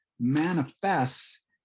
manifests